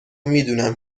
میدونم